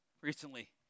recently